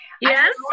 Yes